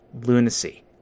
lunacy